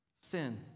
sin